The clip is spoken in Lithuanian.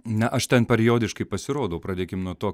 ne aš ten periodiškai pasirodau pradėkim nuo to